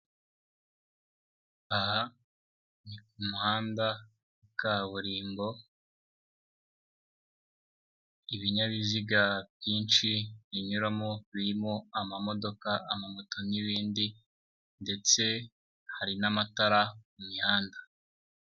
Aha ni ku muhanda wa kaburimbo, ibinyabiziga byinshi binyuramo birimo amamodoka, amamoto n'ibindi ndetse hari n'amatara ku mihanda.